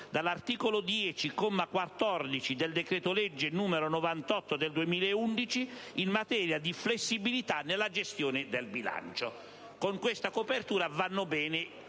dall'articolo 10, comma 14, del decreto legge n. 98 del 2011, in materia di flessibilità nella gestione del bilancio». Con questa copertura, gli